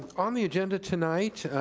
on the agenda tonight,